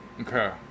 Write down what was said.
Okay